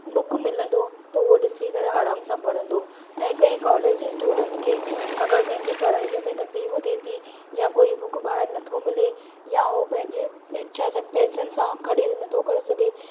book मिलंदो त उहो डि॒सी करे आरामु सां पढ़ंदो ऐं कंहिं कालेज स्टूडंट खे अगरि कंहिंखे पढ़ाईअ में तकलीफ़ु थिए थी या कोई बुक बा॒हिर नथो मिले या उहो पंहिंजे इच्छा पैसनि सां खरीद नथो करे सघे त